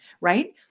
right